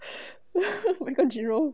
oh my god jerome